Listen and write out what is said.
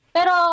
Pero